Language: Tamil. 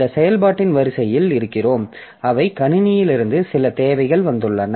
இந்த செயல்பாட்டின் வரிசையில் இருக்கிறோம் அவை கணினியிலிருந்து சில தேவைகள் வந்துள்ளன